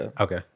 Okay